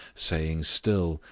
saying still,